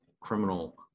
criminal